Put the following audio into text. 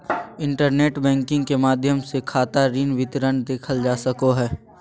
internet banking के माध्यम से खाता ऋण विवरण देखल जा सको हइ